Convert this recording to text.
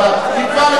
אם כבר,